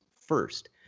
first